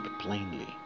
plainly